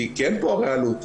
כי אין פה הרי עלות,